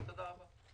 תודה רבה.